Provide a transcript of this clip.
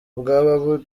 bwaba